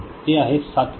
ते आहे सात व्होल्ट